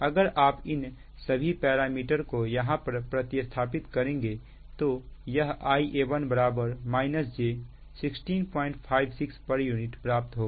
अगर आप इन सभी पैरामीटर को यहां पर प्रति स्थापित करेंगे तो यह Ia1 j 1656 pu प्राप्त होगा